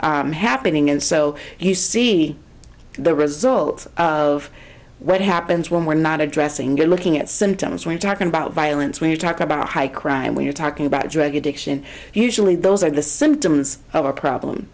it's happening and so you see the result of what happens when we're not addressing you're looking at symptoms we're talking about violence when you talk about high crime when you're talking about drug addiction usually those are the symptoms of a problem